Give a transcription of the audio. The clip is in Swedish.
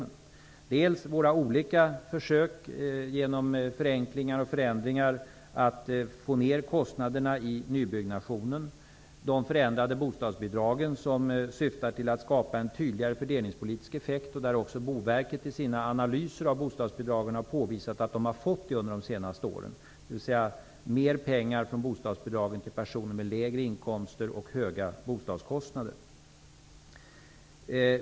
Jag nämnde våra olika försök att genom förenklingar och förändringar få ner kostnaderna i nybyggnationen. Jag talade om de förändrade bostadsbidragen, som syftar till att skapa en tydligare fördelningspolitisk effekt. Boverket har i sina analyser av bostadsbidragen också påvisat att mer pengar från bostadsbidragen under de senaste åren har gått till personer med lägre inkomster och höga bostadskostnader.